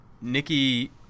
Nikki